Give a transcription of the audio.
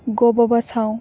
ᱜᱚ ᱵᱟᱵᱟ ᱥᱟᱶ